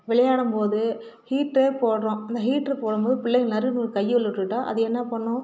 விளையாடும் போது ஹீட்டர் போடுறோம் அந்த ஹீட்ரு போடும் போது பிள்ளைங்க நடுவில் கையை உள்ளே விட்டுக்கிட்டா அது என்ன பண்ணும்